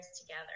together